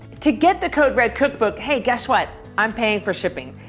to get the code red cookbook, hey, guess what? i'm paying for shipping.